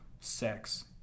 sex